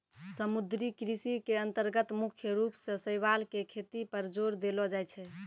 समुद्री कृषि के अन्तर्गत मुख्य रूप सॅ शैवाल के खेती पर जोर देलो जाय छै